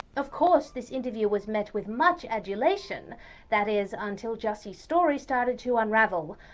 of course, this interview was met with much adulation that is, until jussie's story started to unravel.